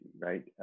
right